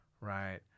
right